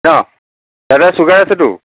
ন দাদাৰ ছুগাৰ আছেটো